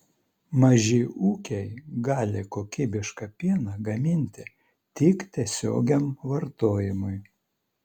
maži ūkiai gali kokybišką pieną gaminti tik tiesiogiam vartojimui